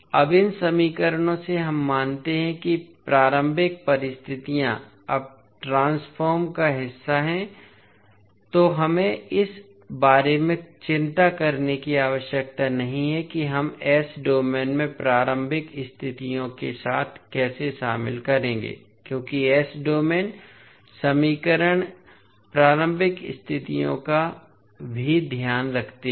अब इन समीकरणों से हम मानते हैं कि प्रारंभिक परिस्थितियाँ अब ट्रांसफॉर्म का हिस्सा हैं तो हमें इस बारे में चिंता करने की आवश्यकता नहीं है कि हम s डोमेन में प्रारंभिक स्थितियों के साथ कैसे शामिल करेंगे क्योंकि s डोमेन समीकरण प्रारंभिक स्थितियों का भी ध्यान रखते हैं